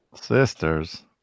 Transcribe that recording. Sisters